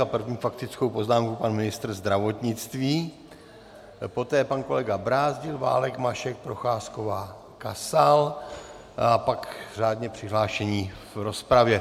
První faktickou poznámku má pan ministr zdravotnictví, poté pan kolega Brázdil, Válek, Mašek, Procházková, Kasal a pak řádně přihlášení v rozpravě.